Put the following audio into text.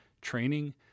training